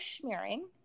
smearing